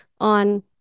on